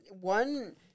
one